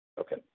Okay